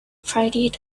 practice